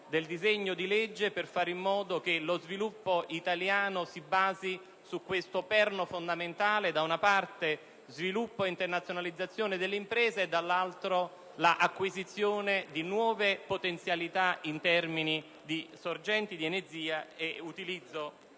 nel disegno di legge per fare in modo che lo sviluppo italiano si basi su questo perno fondamentale: da una parte lo sviluppo e l'internazionalizzazione delle imprese e dall'altro l'acquisizione di nuove potenzialità in termini di sorgenti di energia e utilizzo